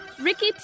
Ricky